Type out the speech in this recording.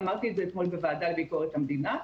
ואמרתי את זה אתמול בוועדה לביקורת המדינה,